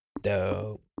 Dope